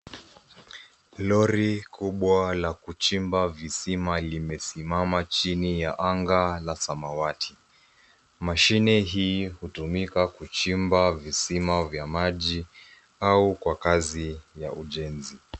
Lori kubwa la kujimba visima limesimama chini ya anga la samawati. Mashini hii hutumiwa kuchimmba visiwa vya maji au kwenye kazi ya ujenzi.